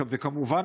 וכמובן,